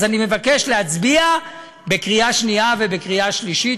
אז אני מבקש להצביע בקריאה שנייה ובקריאה שלישית.